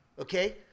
Okay